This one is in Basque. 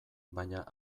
baina